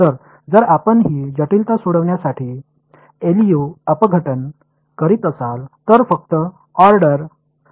तर जर आपण ही जटिलता सोडविण्यासाठी एलयू अपघटन करीत असाल तर फक्त ऑर्डर आहे